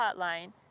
Hotline